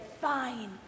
Fine